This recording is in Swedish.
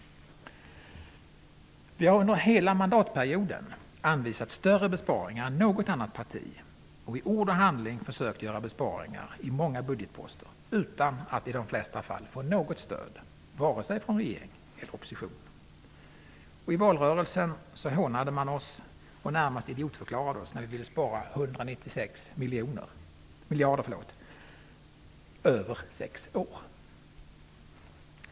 Vi har under hela mandatperioden anvisat större besparingar än något annat parti. Vi har i ord och handling försökt göra besparingar i många budgetposter utan att i de flesta fall få något stöd, varken från regeringen eller från oppositionen. I valrörelsen hånade man och närmast idiotförklarade oss för att vi ville spara 196 miljarder över sex år.